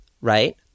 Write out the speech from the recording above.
right